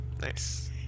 Nice